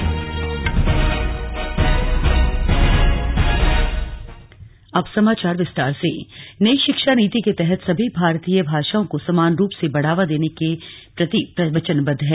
slug शिक्षा नीति नई शिक्षा नीति के तहत केन्द्र सभी भारतीय भाषाओं को समान रूप से बढ़ावा देने के प्रति वचनबद्व है